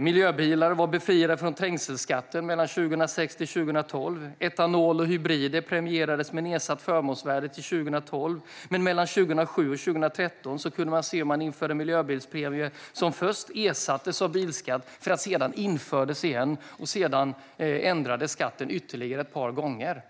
Miljöbilar var befriade från trängselskatter mellan 2006 och 2012. Etanol och hybrider premierades med nedsatt förmånsvärde till 2012. Men mellan 2007 och 2013 införde man en miljöbilspremie som först ersattes av bilskatt men som sedan infördes igen. Sedan ändrades skatten ytterligare ett par gånger.